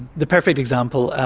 the perfect example.